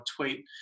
tweet